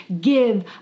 Give